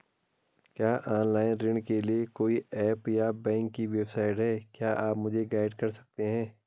क्या ऑनलाइन ऋण के लिए कोई ऐप या बैंक की वेबसाइट है क्या आप मुझे गाइड कर सकते हैं?